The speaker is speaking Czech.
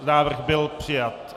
Návrh byl přijat.